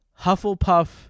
Hufflepuff